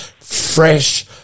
fresh